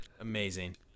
Amazing